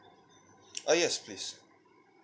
ah yes please